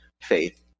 faith